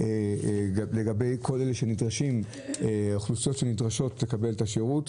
לגבי אוכלוסיות שנדרשות לקבל את השירות.